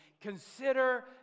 consider